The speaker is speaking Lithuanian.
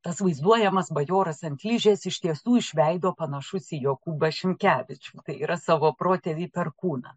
tas vaizduojamas bajoras ant ližės ištiestų iš veido panašus į jokūbą šimkevičių yra savo protėvį perkūną